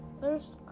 first